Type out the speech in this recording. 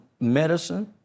medicine